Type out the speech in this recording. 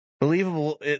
Believable